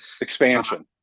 Expansion